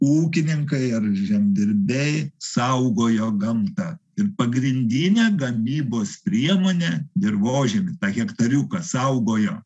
ūkininkai ar žemdirbiai saugojo gamtą ir pagrindinę gamybos priemonę dirvožemį tą hektariuką saugojo